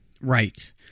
Right